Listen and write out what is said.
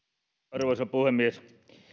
arvoisa puhemies